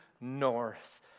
north